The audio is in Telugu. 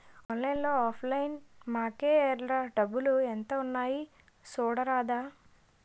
ఆన్లైన్లో ఆఫ్ లైన్ మాకేఏల్రా డబ్బులు ఎంత ఉన్నాయి చూడరాదా